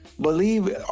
believe